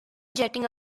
jetting